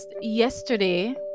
yesterday